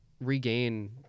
regain